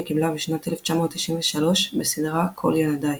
היא קיבלה בשנת 1993 בסדרה "כל ילדיי".